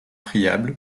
friable